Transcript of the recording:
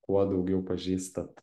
kuo daugiau pažįstat